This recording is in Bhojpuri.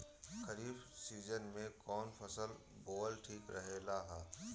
खरीफ़ सीजन में कौन फसल बोअल ठिक रहेला ह?